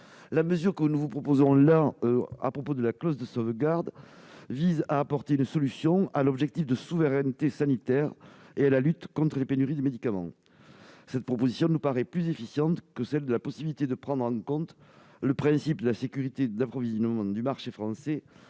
ce sujet ayant été déclarés irrecevables, cet amendement vise à apporter une solution à l'objectif de souveraineté sanitaire et à la lutte contre les pénuries de médicaments. Cette proposition nous paraît plus efficiente que la possibilité de prendre en compte le principe de la sécurité d'approvisionnement du marché français